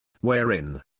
Wherein